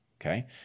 Okay